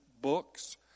books